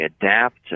adapt